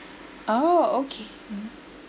oh okay